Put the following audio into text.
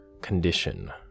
condition